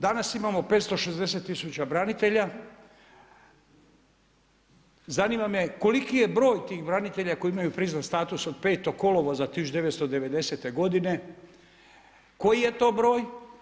Danas imamo 560.000 branitelja, zanima me koliki je broj tih branitelja koji imaju priznat status od 5. kolovoza 1990. godine, koji je to broj?